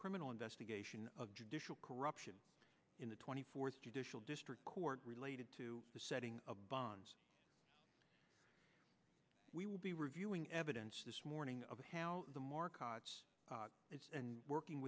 criminal investigation of judicial corruption in the twenty fourth judicial district court related to the setting of bonds we will be reviewing evidence this morning of how the